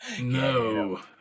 no